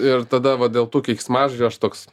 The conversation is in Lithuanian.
ir tada va dėl tų keiksmažodžių aš toks